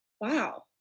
wow